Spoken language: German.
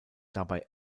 dabei